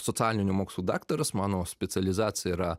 socialinių mokslų daktaras mano specializacija yra